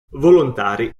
volontari